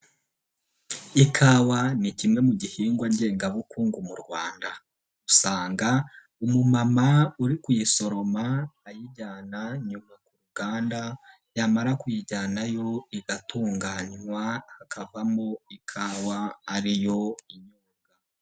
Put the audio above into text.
Ikawa ni kimwe mu gihingwa ngengabukungu mu Rwanda, usanga umumama uri kuyisoroma, ayijyana inyuma ku ruganda, yamara kuyijyanayo igatunganywa, hakavamo ikawa ariyo.